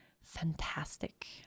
fantastic